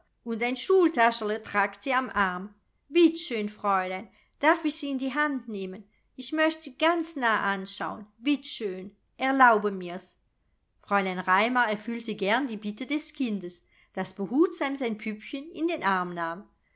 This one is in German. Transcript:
und ein schultascherl tragt sie am arm bitt schön fräulein darf ich sie in die hand nehmen ich möcht sie ganz nah anschaun bitt schön erlaube mir's fräulein raimar erfüllte gern die bitte des kindes das behutsam sein püppchen in den arm nahm